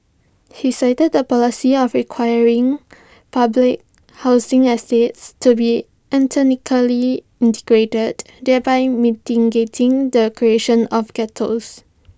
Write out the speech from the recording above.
he cited the policy of requiring public housing estates to be integrated thereby mitigating the creation of ghettos